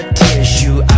tissue